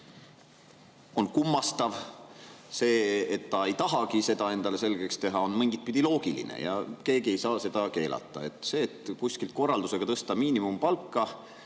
on kummastav. See, et ta ei tahagi seda endale selgeks teha, on mingitpidi loogiline, ja keegi ei saa seda keelata. See, et kuskilt [tulnud] korraldusega tõsta miinimumpalka